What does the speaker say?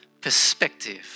perspective